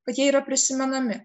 kad jie yra prisimenami